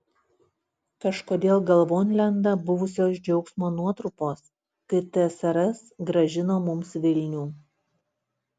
kažkodėl galvon lenda buvusios džiaugsmo nuotrupos kai tsrs grąžino mums vilnių